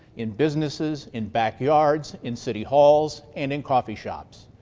in businesses in backyards, in city halls and in coffee shops.